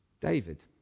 David